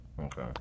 Okay